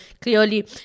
Clearly